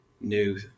new